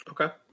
okay